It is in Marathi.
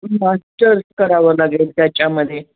मास्टर्स करावं लागेल त्याच्यामध्ये